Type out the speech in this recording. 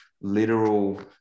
literal